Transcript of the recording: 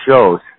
shows